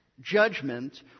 judgment